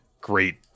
great